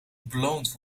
beloond